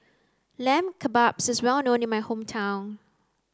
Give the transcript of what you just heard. Lamb Kebabs is well known in my hometown